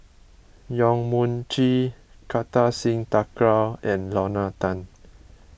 Yong Mun Chee Kartar Singh Thakral and Lorna Tan